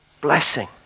blessing